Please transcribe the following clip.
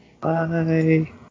Bye